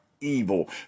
evil